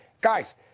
Guys